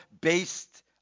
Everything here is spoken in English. based